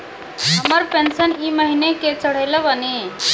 हमर पेंशन ई महीने के चढ़लऽ बानी?